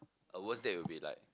a worst date would be like